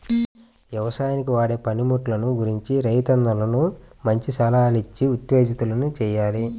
యవసాయానికి వాడే పనిముట్లు గురించి రైతన్నలను మంచి సలహాలిచ్చి ఉత్తేజితుల్ని చెయ్యాలి